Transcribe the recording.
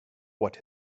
what